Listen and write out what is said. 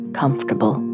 comfortable